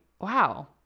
wow